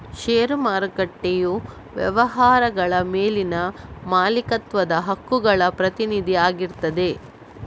ಷೇರು ಮಾರುಕಟ್ಟೆಯು ವ್ಯವಹಾರಗಳ ಮೇಲಿನ ಮಾಲೀಕತ್ವದ ಹಕ್ಕುಗಳ ಪ್ರತಿನಿಧಿ ಆಗಿರ್ತದೆ